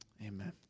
Amen